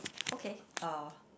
okay uh